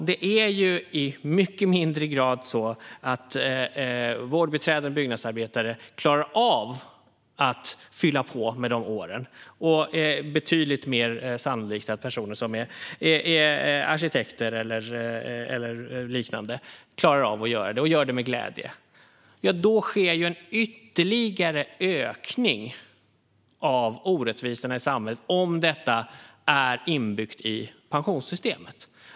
Det är i mycket lägre grad vårdbiträden och byggnadsarbetare som klarar av att fylla på med de här åren. Det är betydligt mer sannolikt att personer som är arkitekter eller liknande klarar av att göra det och gör det med glädje. Det sker en ytterligare ökning av orättvisorna i samhället om detta är inbyggt i pensionssystemet.